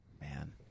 Man